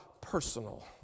personal